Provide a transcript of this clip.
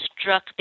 struck